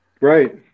right